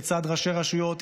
לצד ראשי רשויות,